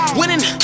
winning